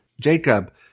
Jacob